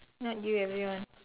not you everyone